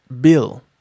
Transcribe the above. bill